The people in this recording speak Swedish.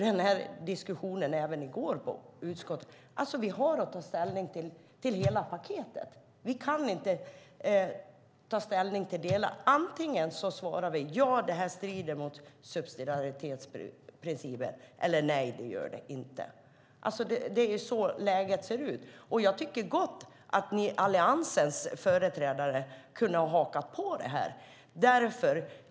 Vi hade diskussionen även i går i utskottet. Vi kan inte ta ställning till delar. Antingen svarar vi att förslaget strider mot subsidiaritetsprincipen eller att förslaget inte strider mot subsidiaritetsprincipen. Det är så läget ser ut. Jag tycker gott att Alliansens företrädare kunde ha hakat på.